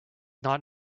not